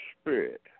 spirit